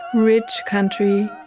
rich country,